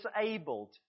disabled